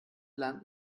lernt